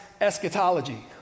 eschatology